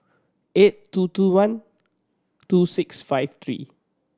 eight two two one two six five three